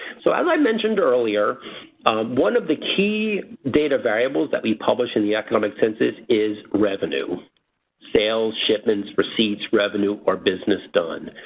so as i mentioned earlier one of the key data variables that we published in economic census is revenue sales, shipments receipts, revenue or business done.